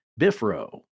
BIFRO